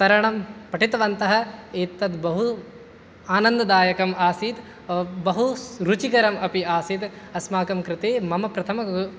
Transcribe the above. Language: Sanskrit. तरणं पठितवन्तः एतद् बहु आनन्ददायकमासीत् बहुरुचिकरमपि आसीत् अस्माकं कृते मम प्रथम